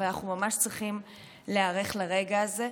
אבל אנחנו ממש צריכים להיערך לרגע הזה.